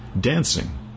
Dancing